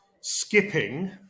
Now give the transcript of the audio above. skipping